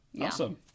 awesome